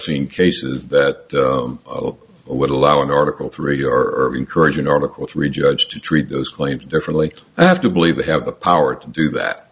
seen cases that would allow an article three urine encouraging article three judge to treat those claims differently i have to believe they have the power to do that